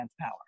power